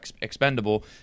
expendable